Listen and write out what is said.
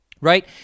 right